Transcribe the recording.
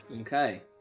Okay